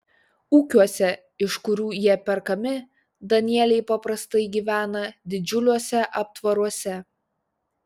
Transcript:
ūkiuose iš kurių jie perkami danieliai paprastai gyvena didžiuliuose aptvaruose